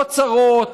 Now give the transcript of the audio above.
עוד צרות,